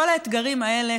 כל האתגרים האלה,